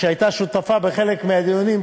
שהייתה שותפה בחלק מהדיונים,